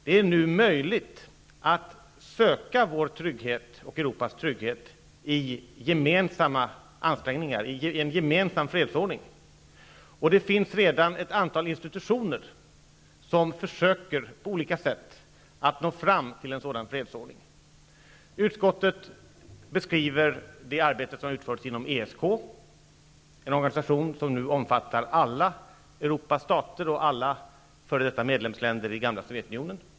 Det är nu möjligt att söka Europas trygghet i gemensamma ansträngningar, i en gemensam fredsordning. Det finns redan ett antal institutioner som på olika sätt försöker nå fram till en sådan fredsordning. Utskottet beskriver i betänkandet det arbete som genomförts inom ESK, en organisation som nu omfattar alla Europas stater och alla f.d.